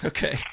Okay